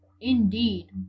Indeed